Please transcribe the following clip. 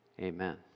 Amen